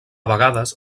vegades